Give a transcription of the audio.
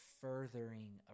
furthering